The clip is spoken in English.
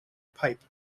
pipe